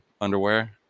underwear